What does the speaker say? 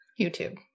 YouTube